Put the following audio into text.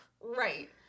Right